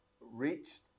reached